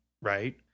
right